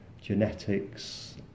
genetics